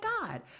God